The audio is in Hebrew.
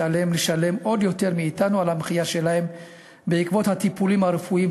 כשעליהם לשלם עוד יותר מאתנו על המחיה שלהם בעקבות הטיפולים הרפואיים,